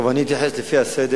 אני אתייחס לפי הסדר.